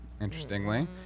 Interestingly